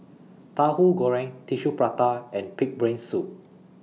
Tahu Goreng Tissue Prata and Pig'S Brain Soup